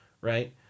right